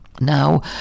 Now